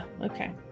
okay